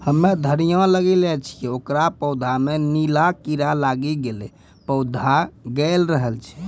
हम्मे धनिया लगैलो छियै ओकर पौधा मे नीला कीड़ा लागी गैलै पौधा गैलरहल छै?